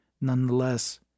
nonetheless